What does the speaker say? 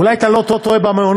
אולי אתה לא טועה במעונות,